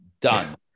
done